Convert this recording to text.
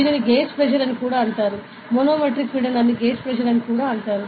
దీనిని gauge pressure అని కూడా అంటారు మనోమెట్రిక్ పీడనాన్ని గేజ్ ప్రెజర్ అని కూడా అంటారు